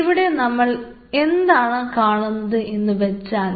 ഇവിടെ നമ്മൾ എന്താണ് കാണുന്നത് എന്ന് വെച്ചാൽ